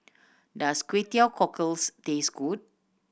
does Kway Teow Cockles taste good